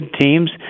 teams